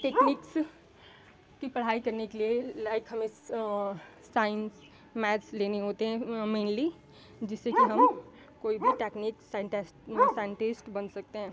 techniques की पढ़ाई करने के लिए लाइक हमें साइंस मैथ्स लेने होते हैं मेनली जिससे कि हम कोई भी टेक्नीक साइंटिस्ट बन सकते हैं